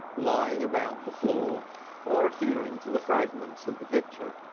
lying about the floor or adhering to the fragments of the pitcher.